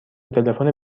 تلفن